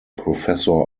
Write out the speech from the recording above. professor